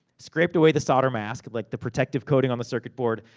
scraped away the solder mask, like the protective coating on the circuit board,